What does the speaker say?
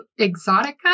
Exotica